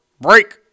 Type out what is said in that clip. Break